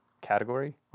category